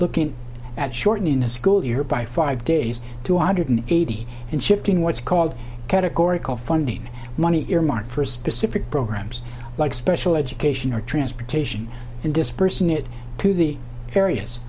looking at shortening the school year by five days two hundred eighty and shifting what's called categorical funding money earmarked for specific programs like special education or transportation and dispersing it to the various